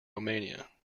romania